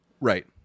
right